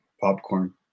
Popcorn